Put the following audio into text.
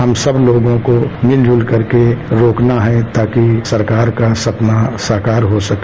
हम सब लोगों को मिल जुल करके रोकना है ताकि सरकार का सपना साकार हो सके